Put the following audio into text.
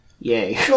yay